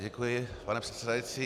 Děkuji, pane předsedající.